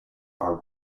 are